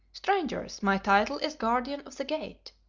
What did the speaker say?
strangers, my title is guardian of the gate,